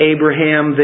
Abraham